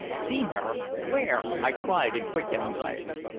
seen her! where? i cried in quick anxiety.